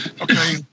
Okay